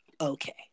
Okay